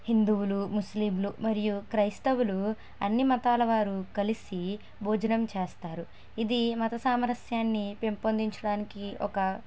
హిందువులు ముస్లింలు మరియు క్రైస్తవులు అన్నీ మతాల వారు కలిసి భోజనం చేస్తారు ఇది మత సామరస్యాన్ని పెంపొందించడానికి ఒక